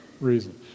reason